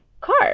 car